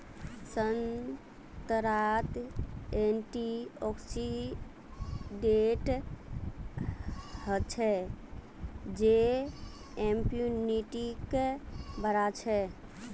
संतरात एंटीऑक्सीडेंट हचछे जे इम्यूनिटीक बढ़ाछे